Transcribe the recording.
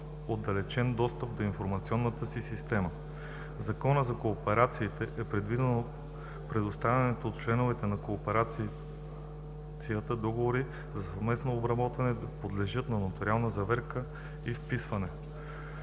отдалечен достъп до информационната си система. В Закона за кооперациите е предвидено предоставените от членовете на кооперацията договори за съвместно обработване да подлежат на нотариална заверка и вписване.